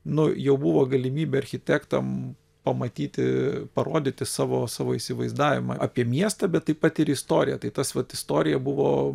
nu jau buvo galimybė architektam pamatyti parodyti savo savo įsivaizdavimą apie miestą bet taip pat ir istoriją tai tas vat istorija buvo